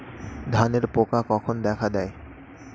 ধানের পোকা কখন দেখা দেয়?